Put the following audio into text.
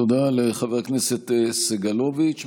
תודה לחבר הכנסת סגלוביץ.